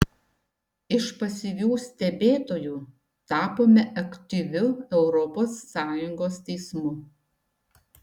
iš pasyvių stebėtojų tapome aktyviu europos sąjungos teismu